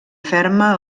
ferma